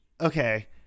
okay